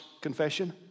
confession